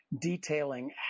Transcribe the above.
detailing